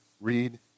read